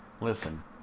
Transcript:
Listen